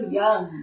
young